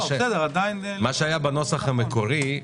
מה שהיה בנוסח המקורי,